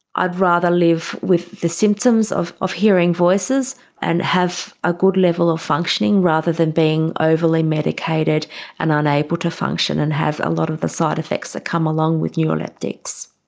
i'd rather live with the symptoms of of hearing voices and have a good level of functioning rather than being overly medicated and unable to function and have a lot of the side effects that come along with neuroleptics.